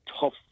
tough